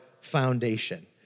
foundation